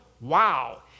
wow